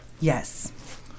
Yes